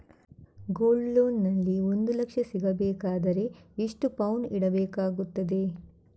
Gold loan ನಲ್ಲಿ ಒಂದು ಲಕ್ಷ ಸಿಗಬೇಕಾದರೆ ಎಷ್ಟು ಪೌನು ಇಡಬೇಕಾಗುತ್ತದೆ?